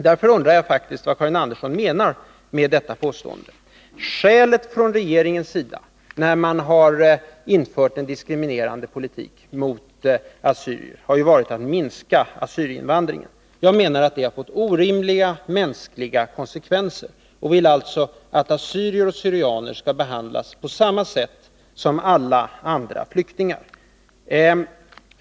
Därför undrar jag faktiskt vad Karin Andersson menar med detta påstående. Skälet från regeringens sida när man har infört en diskriminerande politik mot assyrier har ju varit att man vill minska invandringen av assyrier. Jag menar att det har fått orimliga mänskliga konsekvenser och vill alltså att assyrier och syrianer skall behandlas på samma sätt som alla andra flyktingar.